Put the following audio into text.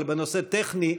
אבל בנושא טכני,